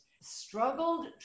struggled